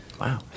Wow